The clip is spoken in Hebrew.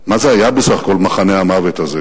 מה זה היה, בסך הכול, מחנה המוות הזה?